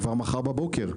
כבר מחר בבוקר.